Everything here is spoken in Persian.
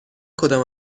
کدام